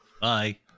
bye